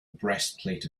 breastplate